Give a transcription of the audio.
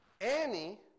Annie